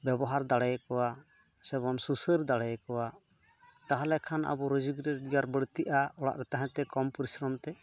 ᱵᱮᱵᱚᱦᱟᱨ ᱫᱟᱲᱮ ᱟᱠᱚᱣᱟ ᱥᱮᱵᱚᱱ ᱥᱩᱥᱟᱹᱨ ᱫᱟᱲᱮ ᱟᱠᱚᱣᱟ ᱛᱟᱦᱚᱞᱮ ᱠᱷᱟᱱ ᱟᱵᱚ ᱨᱩᱡᱤ ᱨᱳᱡᱽᱜᱟᱨ ᱵᱟᱹᱲᱛᱤᱜᱼᱟ ᱚᱲᱟᱜᱨᱮ ᱛᱟᱦᱮᱸᱛᱮ ᱠᱚᱢ ᱯᱚᱨᱤᱥᱨᱚᱢᱛᱮ